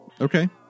Okay